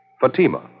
Fatima